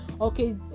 okay